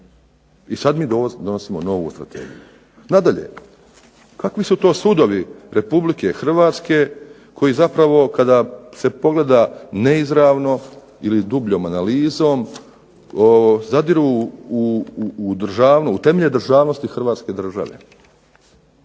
I sada mi donosimo novu Strategiju. Nadalje, kakvi su to sudovi Republike Hrvatske koji zapravo kada se pogleda neizravno ili dubljom analizom zadiru u temelje državnosti Hrvatske države.